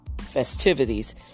festivities